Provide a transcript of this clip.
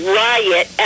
riot